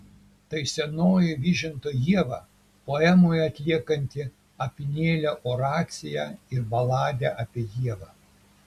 tai senoji vyžinto ieva poemoje atliekanti apynėlio oraciją ir baladę apie ievą